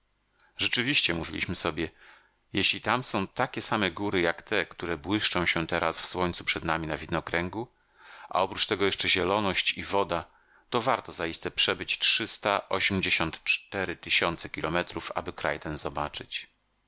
rzeczywiście mówiliśmy sobie jeśli tam są takie same góry jak te które błyszczą się teraz w słońcu przed nami na widnokręgu a oprócz tego jeszcze zieloność i woda to warto zaiste przebyć trzysta ośmdziesiąt cztery tysiące kilometrów aby kraj ten zobaczyć